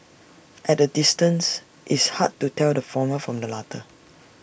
at A distance it's hard to tell the former from the latter